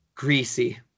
Greasy